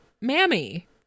Mammy